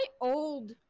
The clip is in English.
old